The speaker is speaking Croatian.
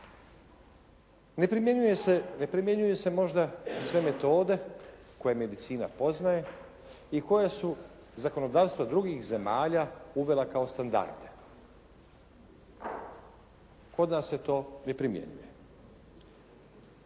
ne primjenjuju se možda sve metode koje medicina poznaje i koja su zakonodavstva drugih zemalja uvela kao standarde. Kod nas se to ne primjenjuje.